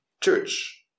church